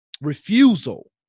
refusal